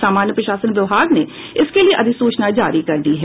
सामान्य प्रशासन विभाग ने इसके लिये अधिसूचना जारी कर दी है